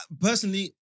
personally